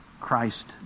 Christ